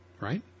Right